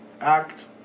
act